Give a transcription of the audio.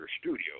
studio